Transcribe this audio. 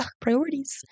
priorities